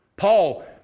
Paul